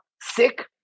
sick